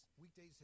Weekdays